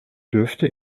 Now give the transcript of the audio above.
dürfte